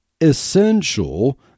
essential